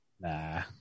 Nah